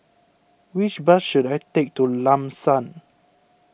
which bus should I take to Lam San